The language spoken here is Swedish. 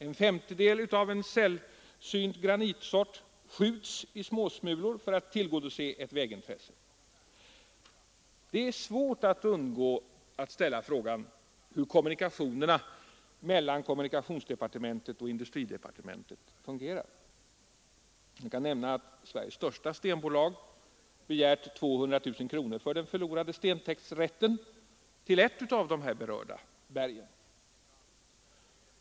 En femtedel av en sällsynt granitsort skjuts i småsmulor för att tillgodose ett vägintresse. Det är svårt att undgå att ställa frågan hur kommunikationerna mellan kommunikationsdepartementet och industridepartementet fungerar. Jag kan nämna att Sveriges största stenbolag begärt 200 000 kronor för den förlorade stentäktsrätten till ett av de här berörda bergen.